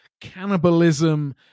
cannibalism